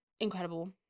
incredible